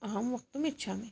अहं वक्तुम् इच्छामि